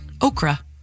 okra